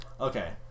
Okay